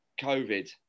COVID